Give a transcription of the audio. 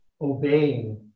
obeying